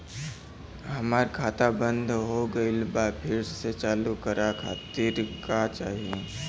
हमार खाता बंद हो गइल बा फिर से चालू करा खातिर का चाही?